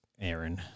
Aaron